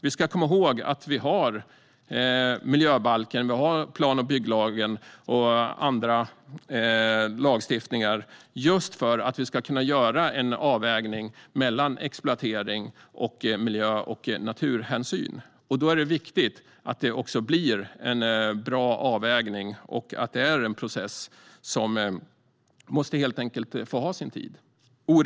Vi ska komma ihåg att vi har miljöbalken, plan och bygglagen och andra lagstiftningar just för att vi ska kunna göra en avvägning mellan exploatering och miljö och naturhänsyn. Då är det viktigt att det också blir en bra avvägning och att det är en process som får ta sin tid.